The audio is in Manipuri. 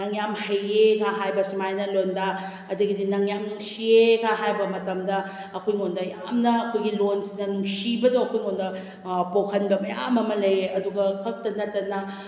ꯅꯪ ꯌꯥꯝ ꯍꯩꯌꯦꯒ ꯍꯥꯏꯕ ꯁꯨꯃꯥꯏꯅ ꯂꯣꯟꯗꯥ ꯑꯗꯒꯤꯗꯤ ꯅꯪ ꯌꯥꯝ ꯅꯨꯡꯁꯤꯌꯦ ꯀꯥ ꯍꯥꯏꯕ ꯃꯇꯝꯗ ꯑꯩꯈꯣꯏꯉꯣꯟꯗ ꯌꯥꯝꯅ ꯑꯩꯈꯣꯏꯒꯤ ꯂꯣꯟꯁꯤꯗ ꯅꯨꯡꯁꯤꯕꯗꯣ ꯑꯩꯈꯣꯏ ꯉꯣꯟꯗ ꯄꯣꯛꯍꯟꯕ ꯃꯌꯥꯝ ꯑꯃ ꯂꯩꯌꯦ ꯑꯗꯨꯒ ꯈꯛꯇ ꯅꯠꯇꯅ